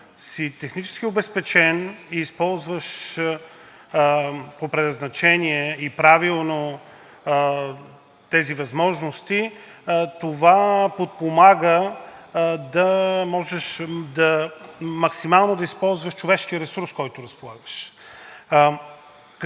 си технически обезпечен и използваш по предназначение и правилно тези възможности, това подпомага да можеш максимално да използваш човешкия ресурс, с който разполагаш.